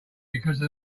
because